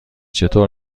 چطور